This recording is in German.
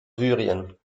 syrien